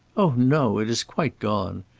oh no, it is quite gone.